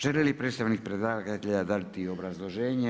Želi li predstavnik predlagatelja dati obrazloženje?